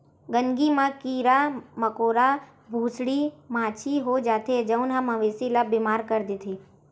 गंदगी म कीरा मकोरा, भूसड़ी, माछी हो जाथे जउन ह मवेशी ल बेमार कर देथे